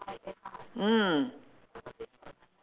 mm